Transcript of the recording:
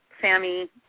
Sammy